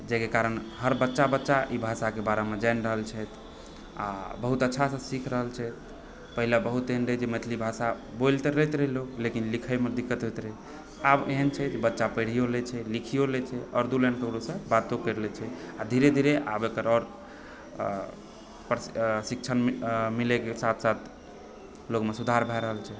जाहिकेँ कारण हर बच्चा बच्चा ई भाषाके बारेमे जानि रहल छथि आओर बहुत अच्छासँ सीखि रहल छथि पहिने बहुत एहन रहै जे मैथिली भाषा बोल तऽ लैत रहै लोग लेकिन लिखऽमे दिक्कत होइत रहै आब एहन छै जे बच्चा पढ़ियो लै छै लिखियो लै छै आओर दू लाइन ककरोसँ बातो कए लै छै आओर धीरे धीरे आब एकर आओर शिक्षण मिलैके साथ साथ लोगमे सुधार भए रहल छी